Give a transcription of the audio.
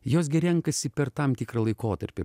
jos gi renkasi per tam tikrą laikotarpį